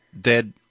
dead